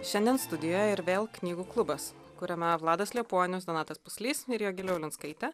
šiandien studijoje ir vėl knygų klubas kuriame vladas liepuonius donatas puslys ir jogilė ulinskaitė